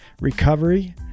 recovery